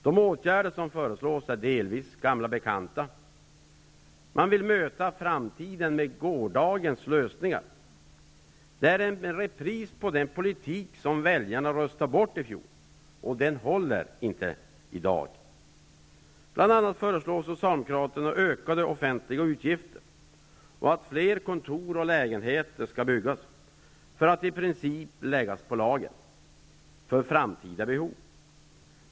De åtgärder som föreslås är delvis gamla bekanta. Man vill möta framtiden med gårdagens lösningar. Det är en repris på den politik som väljarna röstade bort i fjol, och den håller inte i dag. Bl.a. föreslår Socialdemokraterna ökade offentliga utgifter och att fler kontor och lägenheter skall byggas för att i princip ''läggas på lager'' för framtida behov.